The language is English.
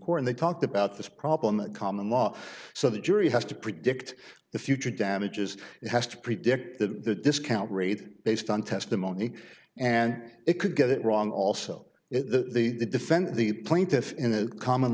court and they talked about this problem the common law so the jury has to predict the future damages it has to predict that the discount rate based on testimony and it could get it wrong also if the defend the plaintiff in a common